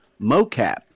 mocap